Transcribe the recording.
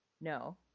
No